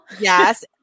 Yes